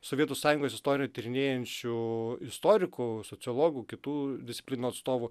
sovietų sąjungos istoriją tyrinėjančių istorikų sociologų kitų disciplinų atstovų